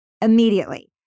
Immediately